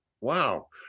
Wow